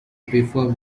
before